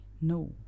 no